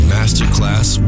Masterclass